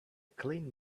clean